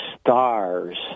stars